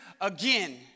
again